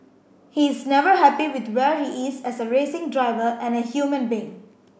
he is never happy with where he is as a racing driver and a human being